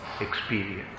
experience